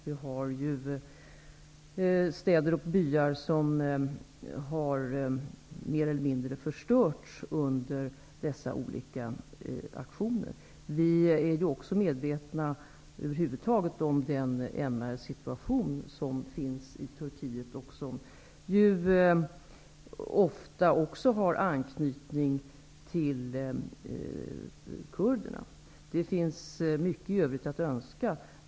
Det finns där städer och byar som mer eller mindre har förstörts under de aktioner som förekommit. Vi är också medvetna om MR-situationen för kurderna i Turkiet -- den lämnar mycket övrigt att önska.